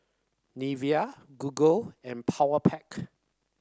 Nivea Google and Powerpac